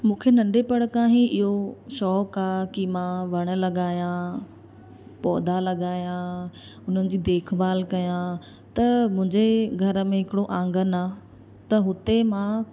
मुखे नंढिपण खां ई इयो शौक़ु आहे की मां वण लॻाया पौधा लॻाया हुननि जा देखभालु कयां त मुंहिंजे घर में हिकिड़ो आंगन आहे त हुते मां